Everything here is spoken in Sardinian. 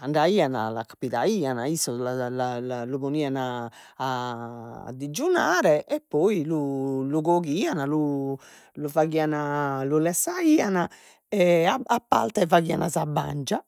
andaian l'accabidaian issos la la la la lu ponian a a jeunare e poi lu lu coghian lu lu faghian lu lessaian e a a parte faghian sa bangia.